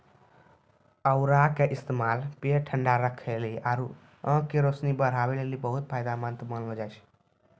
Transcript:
औरा के इस्तेमाल पेट ठंडा राखै लेली आरु आंख के रोशनी बढ़ाबै लेली बहुते फायदामंद मानलो जाय छै